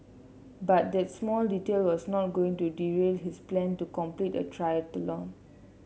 but that small detail was not going to derail his plan to complete a triathlon